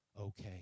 okay